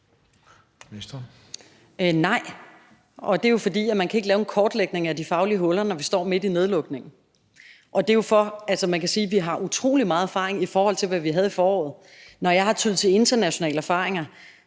Nej, og det er jo, fordi man ikke kan lave en kortlægning af de faglige huller, når vi står midt i nedlukningen. Og man kan sige, at vi jo har utrolig meget erfaring, i forhold til hvad vi havde i foråret. Når jeg har tyet til internationale erfaringer,